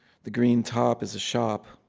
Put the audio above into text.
the green top is a shop.